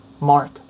Mark